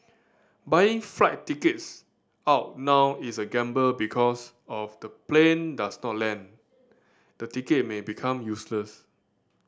buying flight tickets out now is a gamble because of the plane does not land the ticket may become useless